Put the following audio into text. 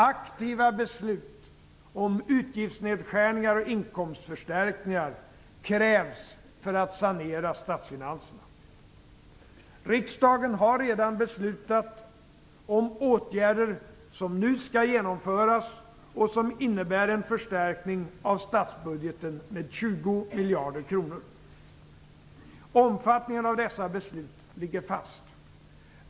Aktiva beslut om utgiftsnedskärningar och inkomstförstärkningar krävs för att sanera statsfinanserna. Riksdagen har redan beslutat om åtgärder, som nu skall genomföras och som innebär en förstärkning av statsbudgeten med 20 miljarder kronor. Omfattningen av dessa beslut ligger fast.